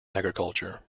agriculture